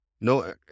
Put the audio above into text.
No